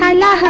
ah la